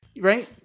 right